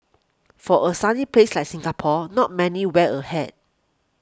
for a sunny place like Singapore not many wear a hat